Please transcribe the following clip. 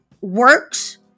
works